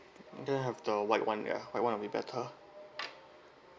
can I have the white [one] ya white [one] would be better